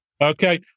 Okay